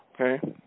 Okay